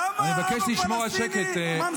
אני מבקש לשמור על שקט, חברי הכנסת.